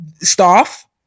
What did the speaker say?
staff